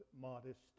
modest